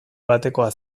batekoa